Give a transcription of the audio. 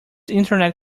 internet